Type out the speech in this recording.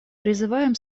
призываем